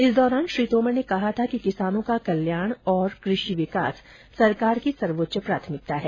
इस दौरान श्री तोमर ने कहा था कि किसानों का कल्याण और कृषि विकास सरकार की सर्वोच्च प्राथमिकता है